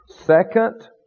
second